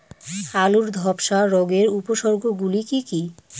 আলুর ধ্বসা রোগের উপসর্গগুলি কি কি?